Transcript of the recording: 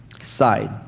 side